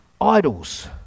idols